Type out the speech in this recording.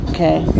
Okay